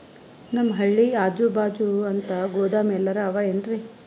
ನಮ್ ಹಳ್ಳಿ ಅಜುಬಾಜು ಅಂತ ಗೋದಾಮ ಎಲ್ಲರೆ ಅವೇನ್ರಿ?